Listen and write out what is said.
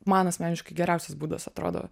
man asmeniškai geriausias būdas atrodo